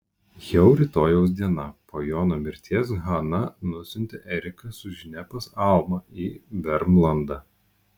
jau rytojaus dieną po jono mirties hana nusiuntė eriką su žinia pas almą į vermlandą